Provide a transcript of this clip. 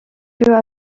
peut